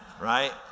Right